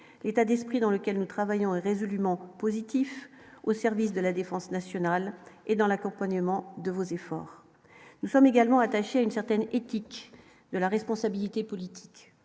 l'état d'esprit dans lequel nous travaillons résolument en positif au service de la défense nationale et dans l'accompagnement de vos efforts, nous sommes également attaché à une certaine éthique de la responsabilité politique